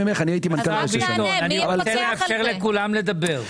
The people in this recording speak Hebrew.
תענה מי יפקח על זה?